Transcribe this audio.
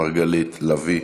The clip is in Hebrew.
מרגלית, לביא,